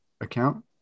account